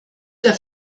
der